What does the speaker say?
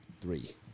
Three